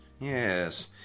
Yes